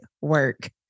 work